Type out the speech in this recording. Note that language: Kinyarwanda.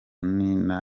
nina